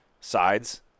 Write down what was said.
sides